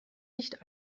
nicht